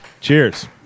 Cheers